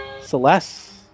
Celeste